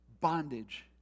bondage